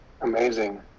Amazing